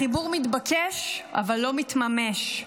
החיבור מתבקש אבל לא מתממש.